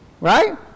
Right